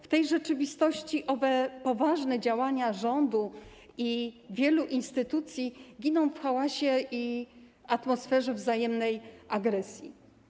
W tej rzeczywistości owe poważne działania rządu i wielu instytucji giną w hałasie i atmosferze wzajemnej agresji.